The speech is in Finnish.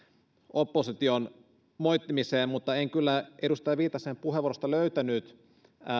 opposition moittimiseen en kyllä edustaja viitasen puheenvuorosta löytänyt